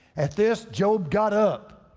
at this job got up,